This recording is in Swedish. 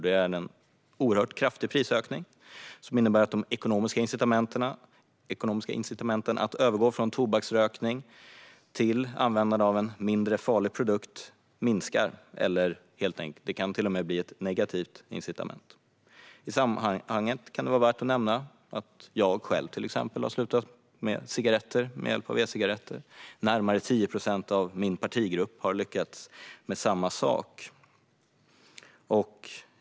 Det är en oerhört kraftig prisökning som innebär att de ekonomiska incitamenten att övergå från tobaksrökning till användande av en mindre farlig produkt minskar. Det kan till och med bli ett negativt incitament. I sammanhanget kan det vara värt att nämna att jag själv har slutat med cigaretter med hjälp av e-cigaretter och att närmare 10 procent av min partigrupp har lyckats med samma sak.